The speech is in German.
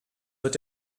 wird